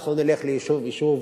אנחנו נלך ליישוב-יישוב,